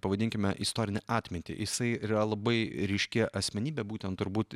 pavadinkime istorinę atmintį jisai yra labai ryški asmenybė būtent turbūt